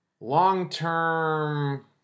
long-term